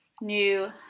new